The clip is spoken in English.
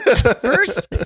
First